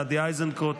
גדי איזנקוט,